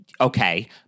Okay